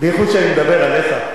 בייחוד כשאני מדבר עליך.